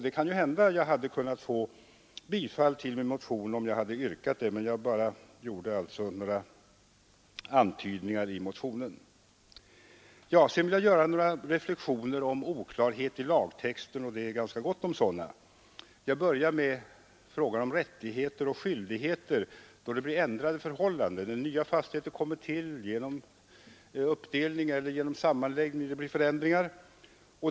Det kan hända att jag hade kunnat få bifall till min motion om jag hade ställt något yrkande, men jag gjorde bara några antydningar i motionen. Jag skulle sedan vilja göra några reflexioner om oklarheter i lagtexten — det är ganska gott om sådana. Jag börjar med frågan om rättigheter och skyldigheter vid ändrade förhållanden, när nya fastigheter kommer till genom uppdelning, sammanläggning eller andra förändringar.